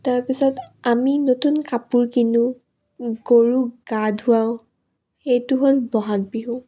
তাৰপিছত আমি নতুন কাপোৰ কিনো গৰুক গা ধুৱাওঁ সেইটো হ'ল বহাগ বিহু